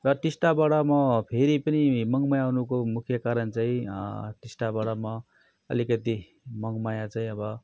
र टिस्टाबाट म फेरि पनि मङमाया आउनुको मुख्य कारण चाहिँ टिस्टाबाट म अलिकति मङमाया चाहिँ अब